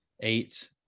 eight